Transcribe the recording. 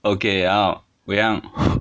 okay 啊伟杨